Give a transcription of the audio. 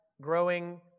growing